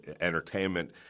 entertainment